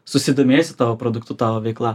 susidomės ji tavo produktu tavo veikla